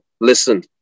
listen